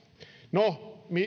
no